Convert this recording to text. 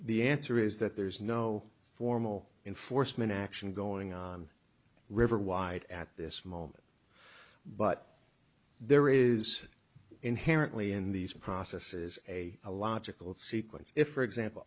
the answer is that there's no formal enforcement action going on river wide at this moment but there is inherently in these processes a a logical sequence if for example